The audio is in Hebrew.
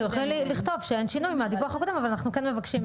אתם יכולים לכתוב שאין שינוי מהדיווח הקודם אבל אנחנו כן מבקשים,